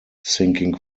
sinking